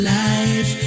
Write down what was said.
life